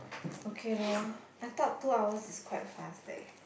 okay lor I thought two hours is quite fast leh